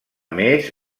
més